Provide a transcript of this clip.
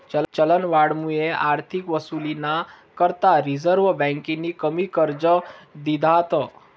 चलनवाढमुये आर्थिक वसुलीना करता रिझर्व्ह बँकेनी कमी कर्ज दिधात